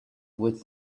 with